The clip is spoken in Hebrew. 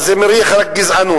אז זה מריח רק גזענות,